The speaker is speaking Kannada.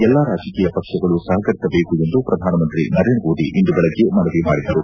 ಎಲ್ಲಾ ರಾಜಕೀಯ ಪಕ್ಷಗಳು ಸಹಕರಿಸಬೇಕೆಂದು ಪ್ರಧಾನಮಂತ್ರಿ ನರೇಂದ್ರ ಮೋದಿ ಇಂದು ಬೆಳಗ್ಗೆ ಮನವಿ ಮಾಡಿದರು